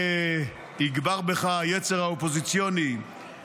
השר דיכטר, על מי אתה בונה?